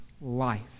life